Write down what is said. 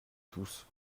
tous